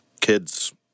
Kids